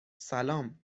سلام